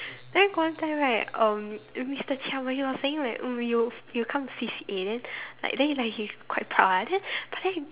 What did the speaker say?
then got one time right um Mister Chia when he were saying like uh you you'll come to C_C_A like then like he's quite proud ah then but then he